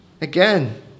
Again